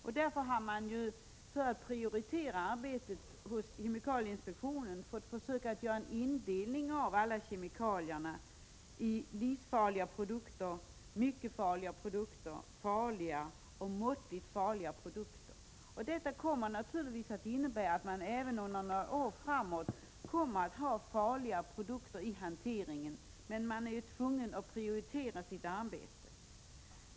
Kemikalieinspektionen har, för att prioritera arbetet, fått göra en indelning av alla kemikalier i livsfarliga produkter, mycket farliga produkter, farliga produkter och måttligt farliga produkter. Detta innebär naturligtvis att farliga produkter även under några år framåt kommer att finnas med i hanteringen, men kemikalieinspektionen är tvungen att prioritera sitt arbete.